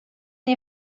nie